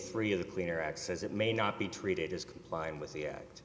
three of the cleaner acts as it may not be treated as complying with the act